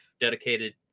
dedicated